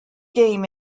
game